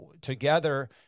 together